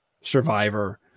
survivor